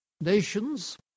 nations